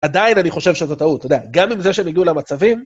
עדיין אני חושב שזו טעות, אתה יודע, גם עם זה שהם הגיעו למצבים...